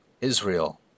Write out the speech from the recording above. Israel